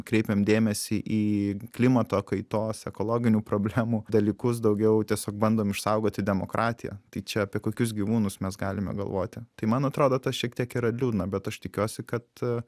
kreipiam dėmesį į klimato kaitos ekologinių problemų dalykus daugiau tiesiog bandom išsaugoti demokratiją tai čia apie kokius gyvūnus mes galime galvoti tai man atrodo tas šiek tiek yra liūdna bet aš tikiuosi kad